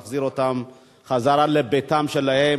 ותחזיר אותם חזרה לביתם שלהם.